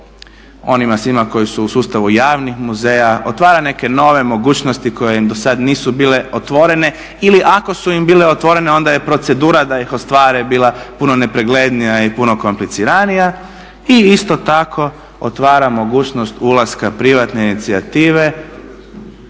onima svima koji su u sustavu javnih muzeja otvara neke nove mogućnosti koje im do sada nisu bile otvorene ili ako su im bile otvorene onda je procedura da ih ostvare bila puno nepreglednija i puno kompliciranija i isto tako otvara mogućnost ulaska privatne inicijative.